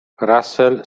russell